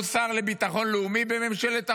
הוא שר לביטחון לאומי בממשלת החורבן,